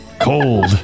Cold